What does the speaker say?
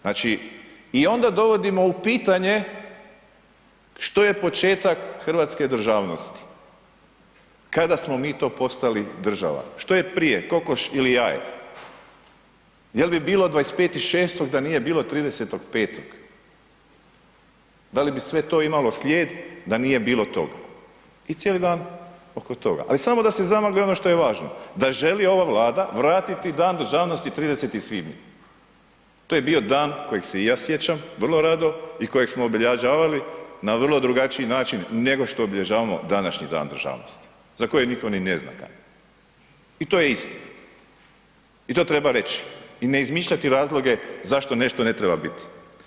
Znači, i onda dovodimo u pitanje što je početak hrvatske državnosti, kada smo mi to postali država, što je prije kokoš ili jaje, jel bi bilo 25.6. da nije bilo 30.5., da li bi to sve imalo slijed da nije bilo tog i cijeli dan oko toga, ali samo da se zamagli ono što je važno, da želi ova Vlada vratiti Dan državnosti 30. svibnja, to je bio dan kojeg se i ja sjećam vrlo rado i kojeg smo obilježavali na vrlo drugačiji način nego što obilježavamo današnji Dan državnosti za kojeg nitko ni ne zna kad je i to je istina i to treba reći i ne izmišljati razloge zašto nešto ne treba biti.